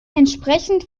entsprechend